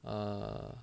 err